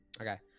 Okay